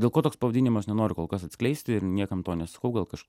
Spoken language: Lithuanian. dėl ko toks pavadinimas nenoriu kol kas atskleisti ir niekam to nesakau gal kaž